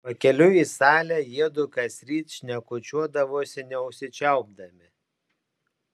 pakeliui į salę jiedu kasryt šnekučiuodavosi neužsičiaupdami